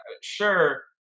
sure